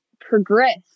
progress